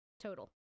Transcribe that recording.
Total